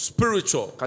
Spiritual